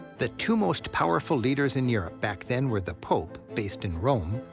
the two most powerful leaders in europe back then were the pope, based in rome,